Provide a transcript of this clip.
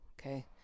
okay